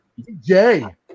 DJ